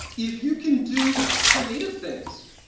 if you can do creative things,